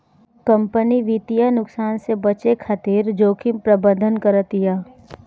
company वित्तीय नुकसान से बचे खातिर जोखिम प्रबंधन करतिया